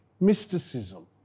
mysticism